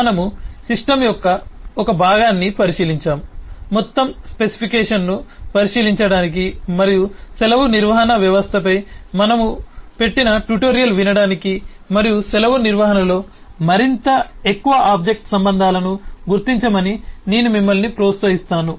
మనము సిస్టమ్ యొక్క ఒక భాగాన్ని పరిశీలించాము మొత్తం స్పెసిఫికేషన్ను పరిశీలించడానికి మరియు సెలవు నిర్వహణ వ్యవస్థపై మనము పెట్టిన ట్యుటోరియల్ వినడానికి మరియు సెలవు నిర్వహణలో మరింత ఎక్కువ ఆబ్జెక్ట్ సంబంధాలను గుర్తించమని నేను మిమ్మల్ని ప్రోత్సహిస్తాను